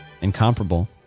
Incomparable